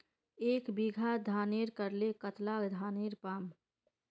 एक बीघा धानेर करले कतला धानेर पाम?